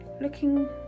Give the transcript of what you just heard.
looking